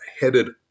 headed